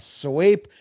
sweep